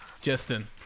Justin